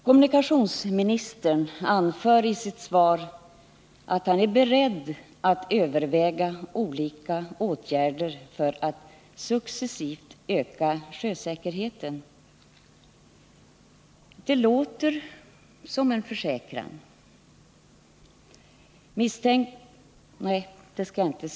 Kommunikationsministern anför i sitt svar att han är ”beredd att överväga olika åtgärder för att successivt öka sjösäkerheten”. Det låter som en försäkran.